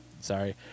sorry